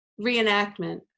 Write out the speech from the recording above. reenactment